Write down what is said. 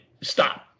stop